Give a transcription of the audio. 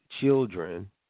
children